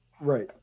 Right